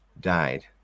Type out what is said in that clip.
died